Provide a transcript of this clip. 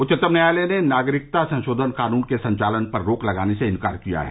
उच्चतम न्यायालय ने नागरिकता संशोधन कानून के संचालन पर रोक लगाने से इंकार किया है